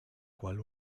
cual